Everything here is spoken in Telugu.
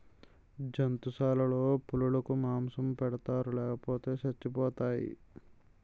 జంతుశాలలో పులులకు మాంసం పెడతారు లేపోతే సచ్చిపోతాయి